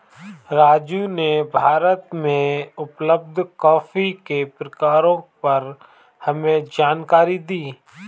राजू ने भारत में उपलब्ध कॉफी के प्रकारों पर हमें जानकारी दी